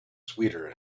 sweeter